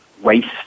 waste